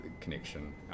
connection